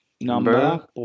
Number